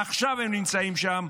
עכשיו הם נמצאים שם,